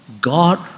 God